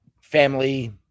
family